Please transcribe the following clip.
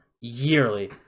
yearly